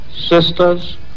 sisters